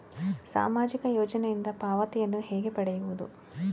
ಸಾಮಾಜಿಕ ಯೋಜನೆಯಿಂದ ಪಾವತಿಯನ್ನು ಹೇಗೆ ಪಡೆಯುವುದು?